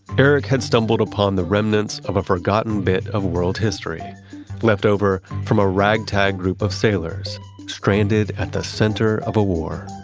eric had stumbled upon the remnants of a forgotten bit of world history leftover from a ragtag group of sailors stranded at the center of a war